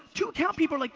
two account people are, like,